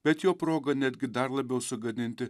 bet jo proga netgi dar labiau sugadinti